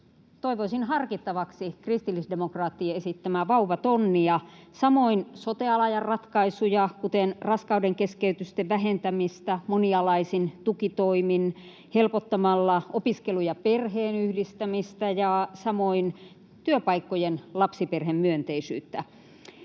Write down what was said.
Toivoisin harkittavaksi esimerkiksi kristillisdemokraattien esittämää vauvatonnia, samoin sote-alan ratkaisuja, kuten raskaudenkeskeytysten vähentämistä monialaisin tukitoimin, helpottamalla opiskelun ja perheen yhdistämistä ja samoin työpaikkojen lapsiperhemyönteisyyttä